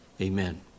Amen